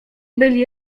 byli